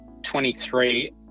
23